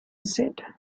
said